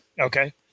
Okay